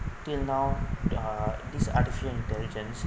until now uh this artificial intelligence